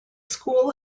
school